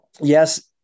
yes